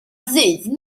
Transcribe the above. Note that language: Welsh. ddydd